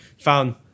found